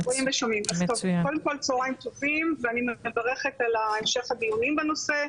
קודם כל צוהריים טובים ואני מברכת על המשך הדיונים בנושא.